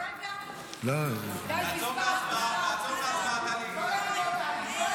התשפ"ה 2024, נתקבל.